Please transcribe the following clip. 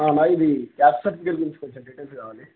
మా ఇది caste certificate గుంచి కొంచం డీటెయిల్ కావాలి